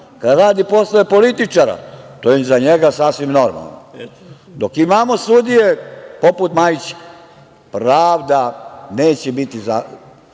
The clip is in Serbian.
on radi poslove političara, to je za njega sasvim normalno. Dok imamo sudije poput Majića, pravda neće biti